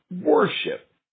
worship